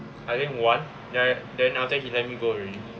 I think one then then after that he let me go already